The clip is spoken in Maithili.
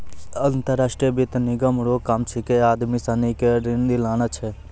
अंतर्राष्ट्रीय वित्त निगम रो काम छिकै आदमी सनी के ऋण दिलाना छै